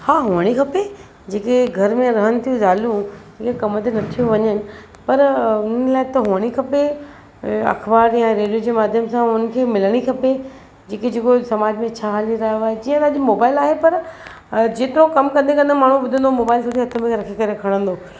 हा हुअणु ई खपे जेके घर में रहनि थियूं ज़ालूं इहे कम ते नथियूं वञनि पर उन्हनि लाइ त हुअणु ई खपे अख़बार या रेडियो जे माध्यम सां उन्हनि खे मिलणु ई खपे जेके जेको समाज में छा हली रहियो आहे जीअं त अॼु मोबाइल आहे पर जेतिरो कमु कंदे कंदे माण्हू ॿुधंदो मोबाइल थोरी हथ में रखी करे खणंदो